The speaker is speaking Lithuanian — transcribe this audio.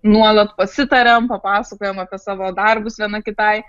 nuolat pasitariam papasakojam apie savo darbus viena kitai